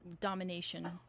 domination